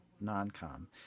non-com